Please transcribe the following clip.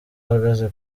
ahagaze